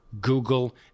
Google